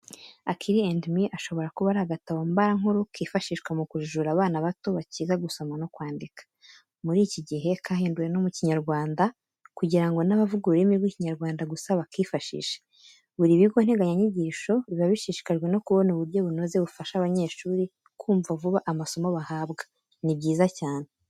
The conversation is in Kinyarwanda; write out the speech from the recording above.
Akili and me, ashobora kuba ari agatabo mbarankuru kifashishwa mu kujijura abana bato bakiga gusoma no kwandika. Muri iki gihe kahinduwe no mu kinyarwanda kugira ngo n'abavuga ururimi rw'ikinyarwanda gusa bakifashishe. Buri bigo nteganyagisho biba bishishikajwe no kubona uburyo bunoze bufasha abanyeshuri kumva vuba amasomo bahabwa. Ni byiza cyane.